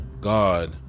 God